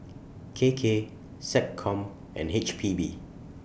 K K Seccom and H P B